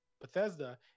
Bethesda